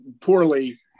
poorly